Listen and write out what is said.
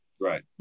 right